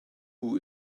who